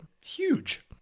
huge